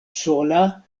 sola